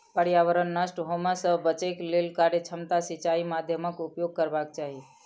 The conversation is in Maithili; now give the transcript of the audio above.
पर्यावरण नष्ट होमअ सॅ बचैक लेल कार्यक्षमता सिचाई माध्यमक उपयोग करबाक चाही